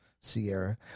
Sierra